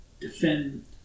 defend